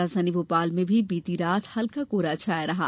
राजधानी भोपाल में भी बीती रात हल्का कोहरा छाया रहा